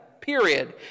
period